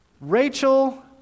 Rachel